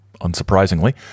unsurprisingly